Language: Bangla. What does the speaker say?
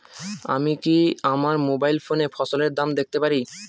আমি কি আমার মোবাইল ফোনে ফসলের দাম দেখতে পারি?